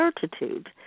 certitude